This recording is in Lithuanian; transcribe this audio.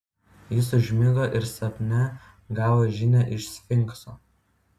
jis užmigo ir sapne gavo žinią iš sfinkso